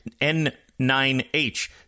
N9H